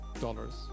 dollars